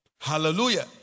Hallelujah